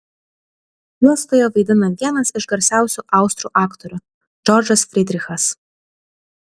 juostoje vaidina vienas iš garsiausių austrų aktorių džordžas frydrichas